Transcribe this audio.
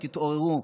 תתעוררו.